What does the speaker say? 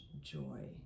joy